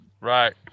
Right